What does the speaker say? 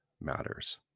matters